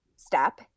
Step